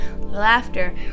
Laughter